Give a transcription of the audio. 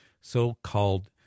so-called